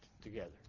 together